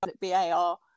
BAR